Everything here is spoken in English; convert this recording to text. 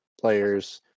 players